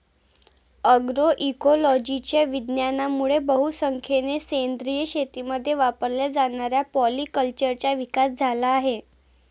अग्रोइकोलॉजीच्या विज्ञानामुळे बहुसंख्येने सेंद्रिय शेतीमध्ये वापरल्या जाणाऱ्या पॉलीकल्चरचा विकास झाला आहे